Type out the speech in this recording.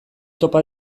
topa